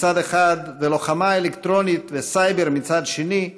מצד אחד, ולוחמה אלקטרונית וסייבר מצד שני,